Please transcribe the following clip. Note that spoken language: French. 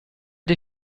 des